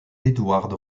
edward